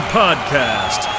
podcast